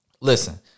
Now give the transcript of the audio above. listen